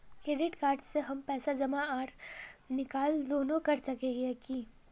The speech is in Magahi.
क्रेडिट कार्ड से हम पैसा जमा आर निकाल दोनों कर सके हिये की?